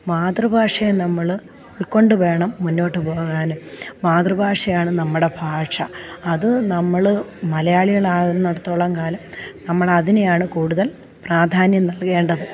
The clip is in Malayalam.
മാതൃഭാഷയെ നമ്മൾ ഉൾക്കൊണ്ടുവേണം മുന്നോട്ടുപോകാൻ മാതൃഭാഷയാണ് നമ്മുടെ ഭാഷ അത് നമ്മൾ മലയാളികളാകുന്നിടത്തോളം കാലം നമ്മളതിനെയാണ് കൂടുതൽ പ്രാധാന്യം നൽകേണ്ടത്